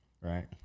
Right